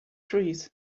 trees